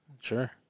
Sure